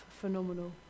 Phenomenal